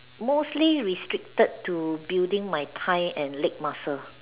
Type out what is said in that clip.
mostly restricted to building my thigh and leg muscle